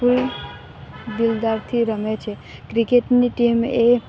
ફૂલ દિલદારથી રમે છે ક્રિકેટની ટીમ એ